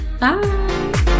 Bye